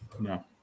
no